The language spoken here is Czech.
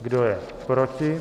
Kdo je proti?